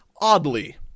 oddly